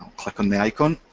click on the icon,